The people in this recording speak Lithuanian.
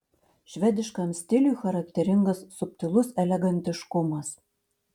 švediškam stiliui charakteringas subtilus elegantiškumas